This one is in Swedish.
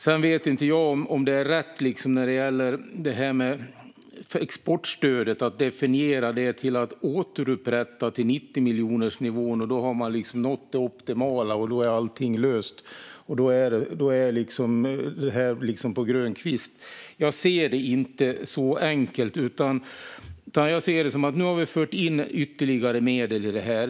Sedan vet jag inte om det är rätt att definiera att exportstödet ska återupprättas till 90-miljonersnivån, som om det skulle vara det optimala och lösningen på allt, så att man därefter är på grön kvist. Jag ser det inte som så enkelt. Nu har vi fört in ytterligare medel i detta.